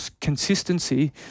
consistency